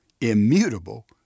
immutable